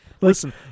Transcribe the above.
Listen